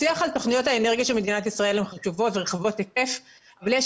השיח על תוכניות האנרגיה של מדינת ישראל הוא חשוב ורחב היקף אבל יש